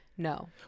No